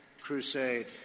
crusade